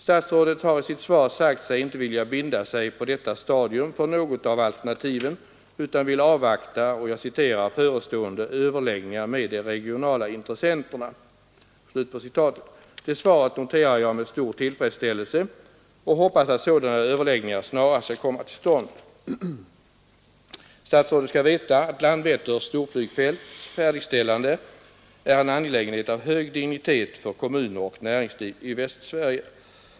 Statsrådet har i sitt svar sagt sig inte vilja binda sig på detta stadium för något av alternativen, utan vill avvakta ”förestående överläggningar med de regionala intressenterna”. Det svaret noterar jag med stor tillfredsställelse, och jag hoppas att sådana överläggningar snarast skall kunna komma till stånd. Statsrådet skall veta att Landvetters storflygfälts färdigställande är en angelägenhet av hög dignitet för kommuner och näringsliv i Västsverige.